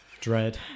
Dread